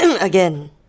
again